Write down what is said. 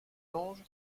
lange